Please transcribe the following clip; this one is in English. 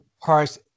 parts